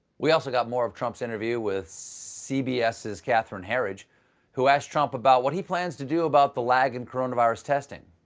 we also got more of trump's interview with cbs's catherine herridge who asked trump about what he plans to do about the lag in coronavirus testing.